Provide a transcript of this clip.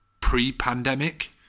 pre-pandemic